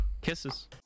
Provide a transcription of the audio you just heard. Kisses